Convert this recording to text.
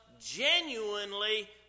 genuinely